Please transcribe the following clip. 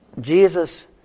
Jesus